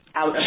out